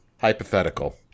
Hypothetical